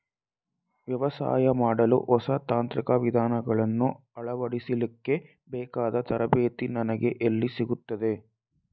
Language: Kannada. ವ್ಯವಸಾಯ ಮಾಡಲು ಹೊಸ ತಾಂತ್ರಿಕ ವಿಧಾನಗಳನ್ನು ಅಳವಡಿಸಲಿಕ್ಕೆ ಬೇಕಾದ ತರಬೇತಿ ನನಗೆ ಎಲ್ಲಿ ಸಿಗುತ್ತದೆ?